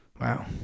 Wow